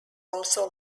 also